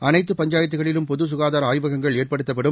அனைத்து பஞ்சாயத்துகளிலும் பொது சுகாதார ஆய்வகங்கள் ஏற்படுத்தப்படும்